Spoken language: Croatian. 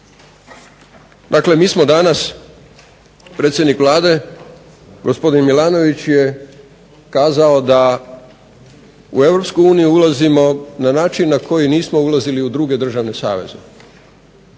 Dakle mi smo danas, predsjednik Vlade gospodin Milanović je kazao da u Europsku uniju ulazimo na način na koji nismo ulazili u druge državne saveze.